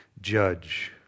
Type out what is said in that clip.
judge